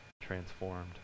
transformed